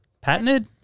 Patented